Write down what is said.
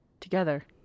Together